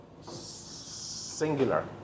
singular